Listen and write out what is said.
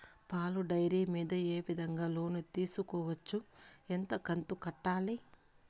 పాల డైరీ మీద ఏ విధంగా లోను తీసుకోవచ్చు? ఎంత కంతు కట్టాలి?